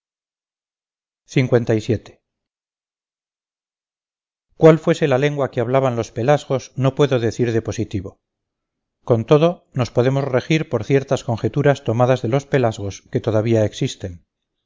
cuál fuese la lengua que hablaban los pelasgos no puedo decir de positivo con todo nos podemos regir por ciertas conjeturas tomadas de los pelasgos que todavía existen